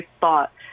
thought